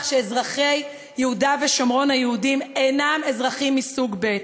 שאזרחי יהודה ושומרון היהודים אינם אזרחים מסוג ב'.